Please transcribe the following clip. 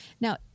Now